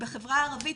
בחברה הערבית,